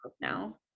now